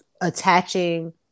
attaching